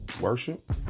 worship